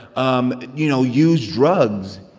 um you know, use drugs,